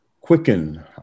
quicken